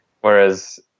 Whereas